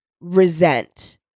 resent